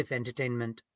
Entertainment